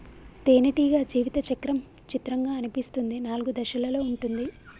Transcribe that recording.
తేనెటీగ జీవిత చక్రం చిత్రంగా అనిపిస్తుంది నాలుగు దశలలో ఉంటుంది